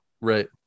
Right